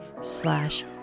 slash